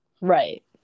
right